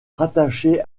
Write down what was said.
rattaché